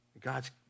God's